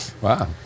Wow